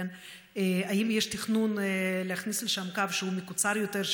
האם יש תכנון להכניס לשם קו מקוצר יותר,